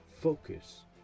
focus